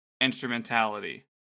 instrumentality